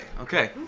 Okay